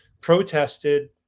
protested